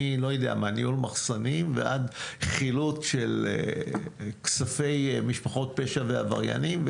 מניהול מחסנים ועד חילוץ של כספי משפחות פשע ועבריינים.